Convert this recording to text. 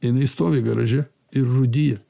jinai stovi graže ir rūdija